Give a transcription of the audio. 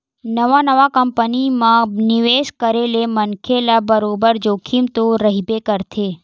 नवा नवा कंपनी म निवेस करे ले मनखे ल बरोबर जोखिम तो रहिबे करथे